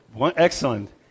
Excellent